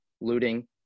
looting